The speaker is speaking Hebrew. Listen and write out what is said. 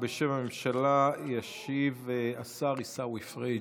בשם הממשלה ישיב השר עיסאווי פריג'.